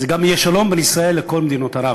גם יהיה שלום בין ישראל לכל מדינות ערב.